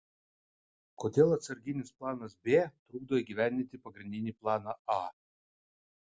kodėl atsarginis planas b trukdo įgyvendinti pagrindinį planą a